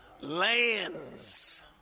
lands